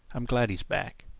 i'm glad he's back.